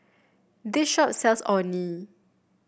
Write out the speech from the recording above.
this shop sells Orh Nee